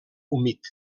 humit